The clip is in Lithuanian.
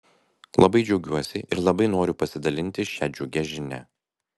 labai džiaugiuosi ir labai noriu pasidalinti šia džiugia žinia